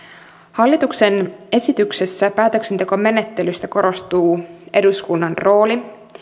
hallituksen esityksessä päätöksentekomenettelystä korostuu eduskunnan rooli